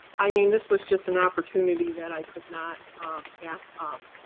i mean this was just an opportunity that i could not pass up.